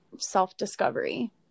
self-discovery